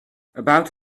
about